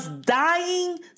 dying